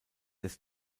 des